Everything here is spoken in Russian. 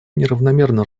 неравномерно